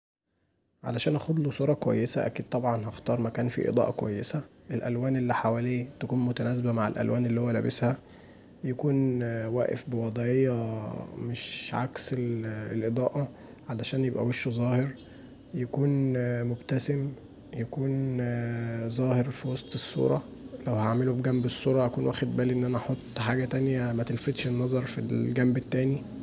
عشان اخدله صوره كويسه اكيد طبعا هختار مكان فيه اضاءه كويسه، الألوان اللي حواليه تكون متناسبه مع الألوان اللي هو لابسها، يكون واقف بوضعيه مش عكس الاضاءه علشان يبقي وشه ظاهر يكون مبتسم، يكون ظاهر في وسط الصوره، لو هعمله بجنب الصوره هكون واخد بالي اني احط حاجه تانيه متلفتش النظر في الجنب التاني.